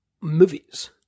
movies